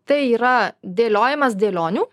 tai yra dėliojamas dėlionių